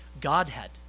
Godhead